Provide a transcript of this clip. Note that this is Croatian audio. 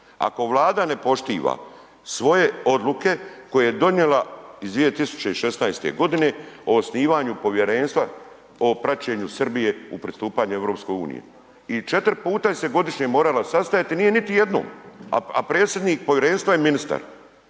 Ako Vlada ne poštiva svoje odluke koje je donijela iz 2016.g. o osnivanju Povjerenstva o praćenju Srbije u pristupanju EU i 4 puta se je godišnje moralo sastajati, nije niti jednom, a predsjednik povjerenstva je ministar,